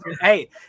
Hey